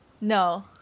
No